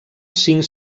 cinc